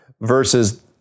versus